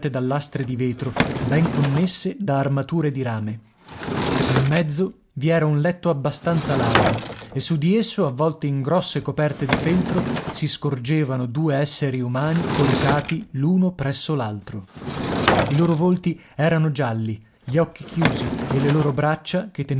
da lastre di vetro ben connesse da armature di rame nel mezzo vi era un letto abbastanza largo e su di esso avvolti in grosse coperte di feltro si scorgevano due esseri umani coricati l'uno presso l'altro i loro volti erano gialli gli occhi chiusi e le loro braccia che